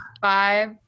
five